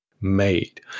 made